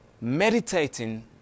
meditating